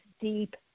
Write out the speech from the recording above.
deep